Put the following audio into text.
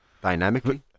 dynamically